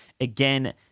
Again